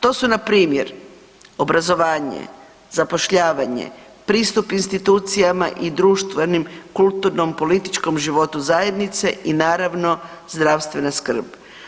To su npr. obrazovanje, zapošljavanje, pristup institucijama i društvenim, kulturnom, političkom životu zajednice i naravno zdravstvena skrb.